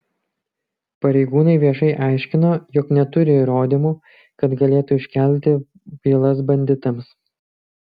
pareigūnai viešai aiškino jog neturi įrodymų kad galėtų iškelti bylas banditams